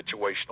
situational